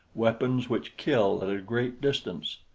weapons which kill at a great distance.